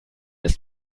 ist